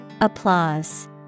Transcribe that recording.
Applause